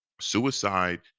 Suicide